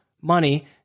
money